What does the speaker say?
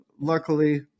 luckily